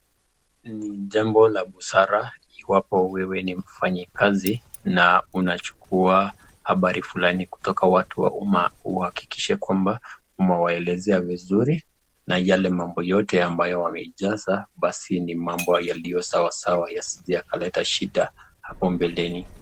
Ni jambo la busara iwapo wewe ni mfanyikazi na unachukua habari fulani kutoka watu wa umma, uhakikishe kwamba umewaelezea vizuri na yale mambo yote ambayo wameijaza basi ni mambo yaliyo sawasawa yasije yakaleta shida hapo mbeleni.